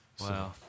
Wow